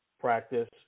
practice